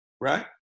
right